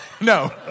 no